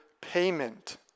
payment